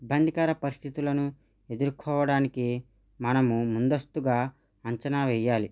ఇబ్బందికర పరిస్థితులను ఎదుర్కోవడానికి మనము ముందస్తుగా అంచనా వేయాలి